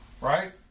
right